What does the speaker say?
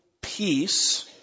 peace